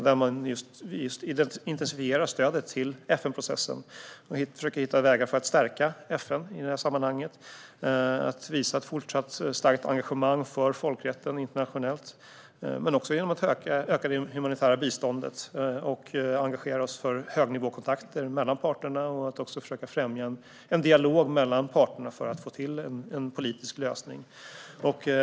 Där intensifieras stödet till FN-processen för att försöka hitta vägar att stärka FN i detta sammanhang, visa ett fortsatt starkt engagemang för folkrätten internationellt, öka det humanitära biståndet, engagera oss för högnivåkontakter mellan parterna och främja en dialog mellan dem för att få till stånd en politisk lösning.